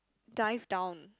dive down